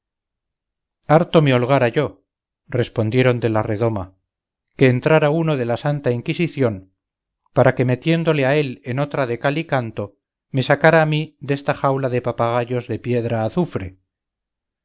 harto me holgara yo respondieron de la redoma que entrara uno de la santa inquisición para que metiéndole a él en otra de cal y canto me sacara a mí desta jaula de papagayos de piedra azufre